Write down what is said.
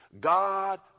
God